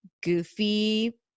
goofy